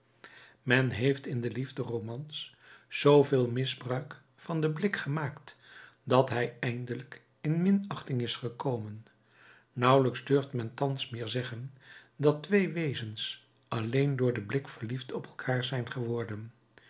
men heeft in de liefderomans zooveel misbruik van den blik gemaakt dat hij eindelijk in minachting is gekomen nauwelijks durft men thans meer zeggen dat twee wezens alleen door den blik verliefd op elkaar zijn geworden